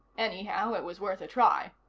anyhow, it was worth a try.